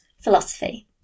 philosophy